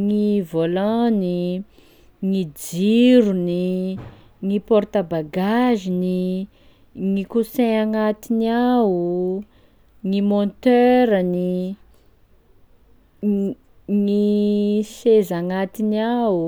gny volant-ny, gny jirony, gny porte-bagages-ny, gny coussin agnatiny ao, gny moterany, n- gny seza agnatiny ao.